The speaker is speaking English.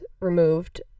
removed